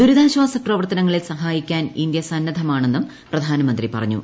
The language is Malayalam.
ദുരിതാശ്വാസ പ്രവർത്തനങ്ങളിൽ സഹായിക്കാൻ ഇന്ത്യ സന്നദ്ധമാണെന്നും പ്രധാനമന്ത്രി പറഞ്ഞു